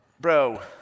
Bro